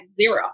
zero